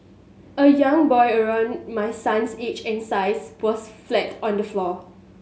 a young boy around my son's age and size was flat on the floor